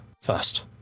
first